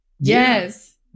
Yes